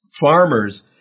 farmers